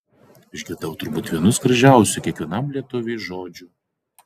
išgirdau turbūt vienus gražiausių kiekvienam lietuviui žodžių